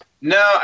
No